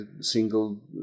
single